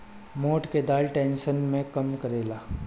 मोठ के दाल टेंशन के कम करेला